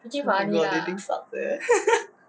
oh my god dating sucks eh